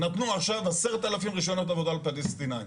נתנו עכשיו 10,000 רישיונות עבודה לפלסטינים.